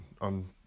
on